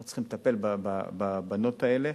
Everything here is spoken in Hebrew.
אנחנו צריכים לטפל בבנות האלה.